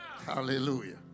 Hallelujah